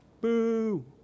Boo